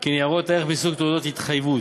כניירות ערך מסוג תעודות התחייבות.